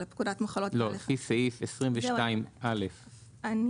לפקודת מחלות בעלי חיים (נוסח חדש),